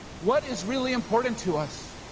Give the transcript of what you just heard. what is really important to us?